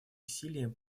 усилиям